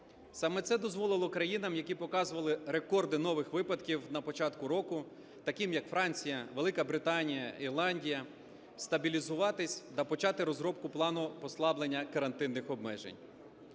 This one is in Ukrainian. Саме це дозволило країнам, які показували рекорди нових випадків на початку року, таким як Франція, Велика Британія, Ірландія, стабілізуватися та почати розробку плану послаблення карантинних обмежень.